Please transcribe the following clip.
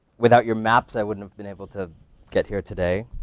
without your maps, i wouldn't have been able to get here today.